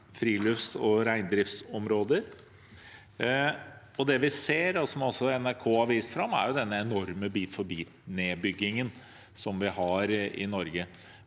frilufts- og reindriftsområder. Det vi ser, som også NRK har vist fram, er den enorme bit-for-bit-nedbyggingen som vi har i Norge.